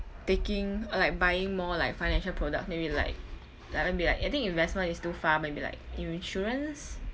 taking or like buying more like financial product maybe like that won't be like I think investment is too far maybe like insurance